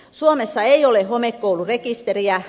suomessa ei ole homekoulurekisteriä